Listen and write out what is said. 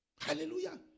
Hallelujah